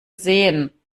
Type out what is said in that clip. sähen